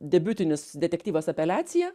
debiutinis detektyvas apeliacija